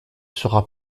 sera